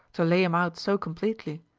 to lay him out so completely.